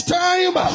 time